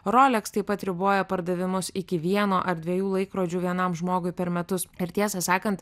roleks taip pat riboja pardavimus iki vieno ar dviejų laikrodžių vienam žmogui per metus ir tiesą sakant